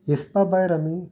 हिसपा भायर आमी